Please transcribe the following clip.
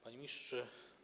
Panie Ministrze!